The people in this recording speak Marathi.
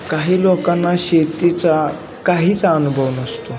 काही लोकांना शेतीचा काहीच अनुभव नसतो